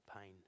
pain